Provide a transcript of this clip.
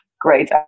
great